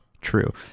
True